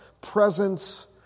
presence